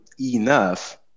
enough